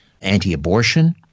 anti-abortion